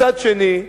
מצד שני,